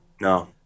No